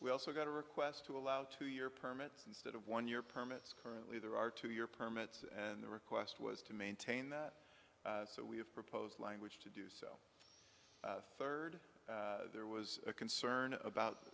we also got a request to allow two year permits instead of one year permits currently there are two year permits and the request was to maintain that so we have proposed language to do third there was a concern about